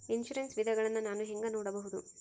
Insurance ವಿಧಗಳನ್ನ ನಾನು ಹೆಂಗ ನೋಡಬಹುದು?